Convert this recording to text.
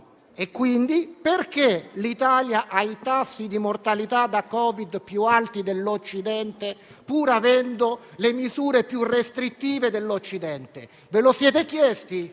quindi, perché l'Italia ha i tassi di mortalità da Covid più alti dell'Occidente, pur avendo le misure più restrittive dell'Occidente? Ve lo siete chiesto?